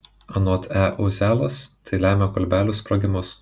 anot e uzialos tai lemia kolbelių sprogimus